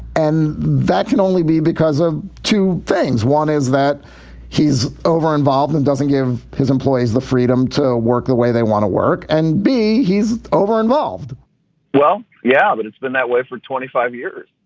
and that can only be because of two things. one is that he's overinvolved and doesn't give his employees the freedom to work the way they want to work. and b, he's overinvolved well, yeah. but it's been that way for twenty five years,